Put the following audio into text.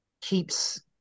keeps